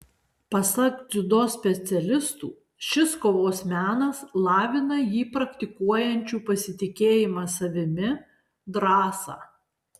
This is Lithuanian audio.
pasak dziudo specialistų šis kovos menas lavina jį praktikuojančių pasitikėjimą savimi drąsą